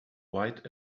white